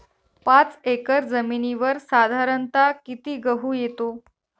पाच एकर जमिनीवर साधारणत: किती गहू येतो?